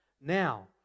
now